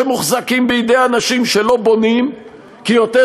שמוחזקים בידי אנשים שלא בונים כי יותר